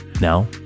Now